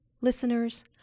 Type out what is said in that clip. Listeners